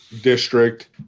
district